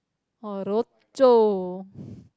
or Rochor